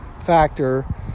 factor